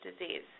disease